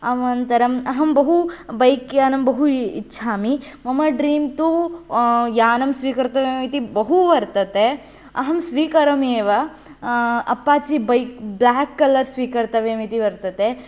अम नन्तरम् अहं बहु बैक् यानं बहु इच्छामि मम ड्रीम् तु यानं स्वीकर्तव्यं इति बहु वर्तते अहं स्वीकरोमि एव अप्पाचि बैक् ब्लेक् कलर् स्वीकर्तव्यम् इति वर्तते